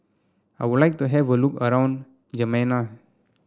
I would like to have a look around